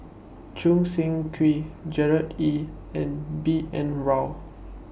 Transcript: Choo Seng Quee Gerard Ee and B N Rao